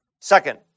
Second